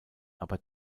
aber